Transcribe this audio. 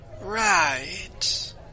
Right